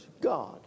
God